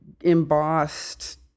embossed